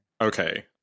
Okay